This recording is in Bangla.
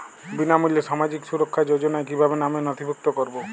বিনামূল্যে সামাজিক সুরক্ষা যোজনায় কিভাবে নামে নথিভুক্ত করবো?